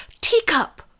teacup